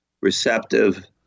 receptive